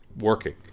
working